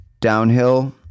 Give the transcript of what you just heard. downhill